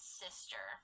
sister